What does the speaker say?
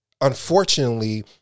unfortunately